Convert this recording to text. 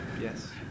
Yes